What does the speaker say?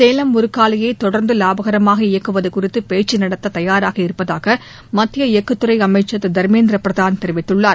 சேலம் உருக்காலையை தொடர்ந்து வாபகரமாக இயக்குவது குறித்து பேச்சு நடத்த தயாராக இருப்பதாக மத்திய எஃகுத் துறை அமைச்சர் திரு தர்மேந்திர பிரதான் தெரிவித்துள்ளார்